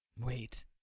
Wait